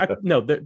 no